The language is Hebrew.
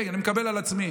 אני מקבל על עצמי.